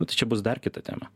nu tai čia bus dar kita tema